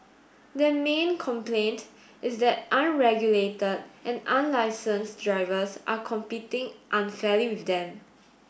their main complaint is that unregulated and unlicensed drivers are competing unfairly with them